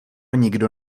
nikdo